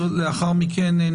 אני